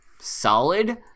solid